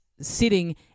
sitting